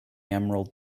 emerald